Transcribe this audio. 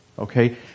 okay